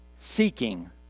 seeking